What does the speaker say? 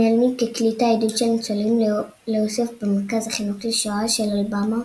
מלניק הקליטה עדות של ניצולים לאוסף במרכז החינוך לשואה של אלבמה